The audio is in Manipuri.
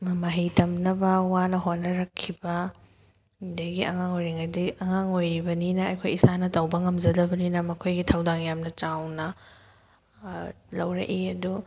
ꯃꯍꯩ ꯇꯝꯅꯕ ꯋꯥꯅ ꯍꯣꯠꯅꯔꯛꯈꯤꯕ ꯑꯗꯒꯤ ꯑꯉꯥꯡ ꯑꯣꯏꯔꯤꯉꯩꯗꯩ ꯑꯉꯥꯡ ꯑꯣꯏꯔꯤꯕꯅꯤꯅ ꯑꯩꯈꯣꯏ ꯏꯁꯥꯅ ꯇꯧꯕ ꯉꯝꯖꯗꯕꯅꯤꯅ ꯃꯈꯣꯏꯒꯤ ꯊꯧꯗꯥꯡ ꯌꯥꯝꯅ ꯆꯥꯎꯅ ꯂꯧꯔꯛꯏ ꯑꯗꯨ